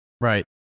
Right